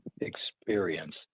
experience